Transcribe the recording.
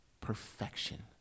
perfection